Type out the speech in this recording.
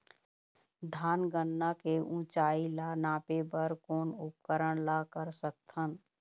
धान गन्ना के ऊंचाई ला नापे बर कोन उपकरण ला कर सकथन?